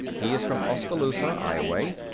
he is from oskaloosa, ioway.